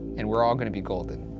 and we're all gonna be golden.